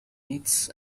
myths